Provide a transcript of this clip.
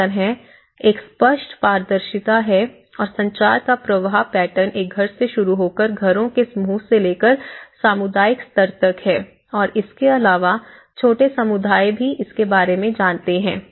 इस तरह एक स्पष्ट पारदर्शिता है और संचार का प्रवाह पैटर्न एक घर से शुरू होकर घरों के समूह से लेकर सामुदायिक स्तर तक है और इसके अलावाछोटे समुदाय भी इसके बारे में जानते हैं